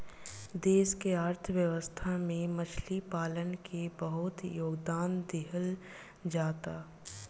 देश के अर्थव्यवस्था में मछली पालन के बहुत योगदान दीहल जाता